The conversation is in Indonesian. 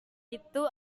itu